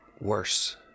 worse